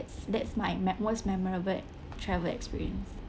that's my ma~ most memorable travel experience